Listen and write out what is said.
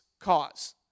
cause